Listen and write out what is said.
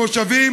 המושבים,